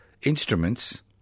instruments